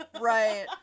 Right